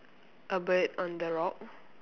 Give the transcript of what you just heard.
a bird on the rock